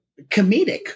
comedic